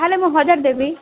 ତାହେଲେ ମୁଁ ହଜାର ଦେବି